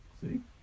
See